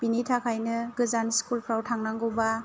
बेनि थाखायनो गोजान स्कुलफोराव थांनांगौबा